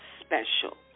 special